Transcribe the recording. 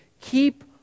keep